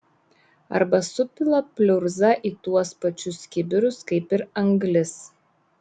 arba supila pliurzą į tuos pačius kibirus kaip ir anglis